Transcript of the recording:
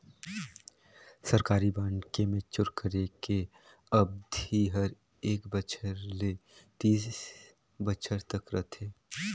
सरकारी बांड के मैच्योर करे के अबधि हर एक बछर ले तीस बछर तक रथे